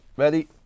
Ready